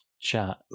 chat